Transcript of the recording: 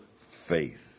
faith